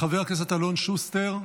חבר הכנסת אלון שוסטר,